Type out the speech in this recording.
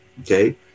okay